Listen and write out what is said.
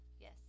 Yes